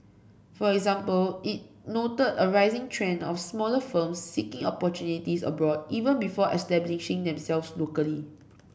for example it noted a rising trend of smaller firms seeking opportunities abroad even before establishing themselves locally